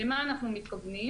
למה אנחנו מתכוונים?